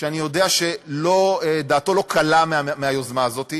שאני יודע שדעתו לא קלה לגבי ההיוזמה הזאת.